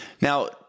now